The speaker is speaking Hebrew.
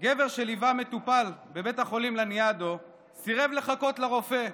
גבר שליווה מטופל לבית החולים לניאדו סירב לחכות לרופא.